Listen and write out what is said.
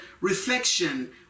reflection